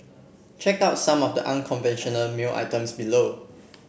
check out some of the unconventional mail items below